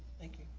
thank you.